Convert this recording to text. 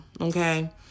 Okay